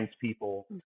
people